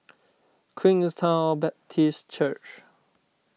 Queenstown Baptist Church